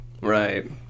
Right